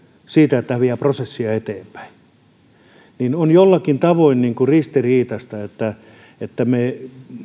siitä että hän vie prosessia eteenpäin on jollakin tavoin ristiriitaista että että me